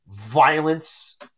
violence